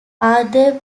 arthur